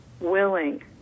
willing